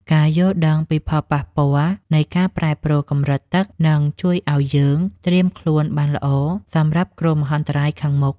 ការយល់ដឹងពីផលប៉ះពាល់នៃការប្រែប្រួលកម្រិតទឹកនឹងជួយឱ្យយើងត្រៀមខ្លួនបានល្អសម្រាប់គ្រោះមហន្តរាយខាងមុខ។